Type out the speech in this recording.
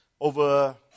over